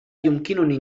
يمكنني